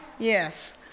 Yes